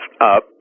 up